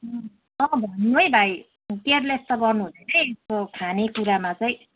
अँ भन्नू है भाइ केयरलेस त गर्नुहुँदैन है यस्तो खानेकुरामा चाहिँ